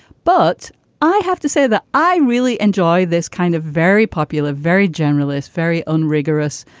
but i have to say that i really enjoy this kind of very popular, very generalist, very own rigorous,